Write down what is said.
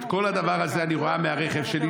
"את כל הדבר הזה אני רואה מהרכב שלי,